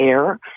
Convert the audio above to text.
air